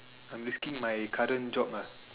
I'm risking my current job ah